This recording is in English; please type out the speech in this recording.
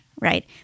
Right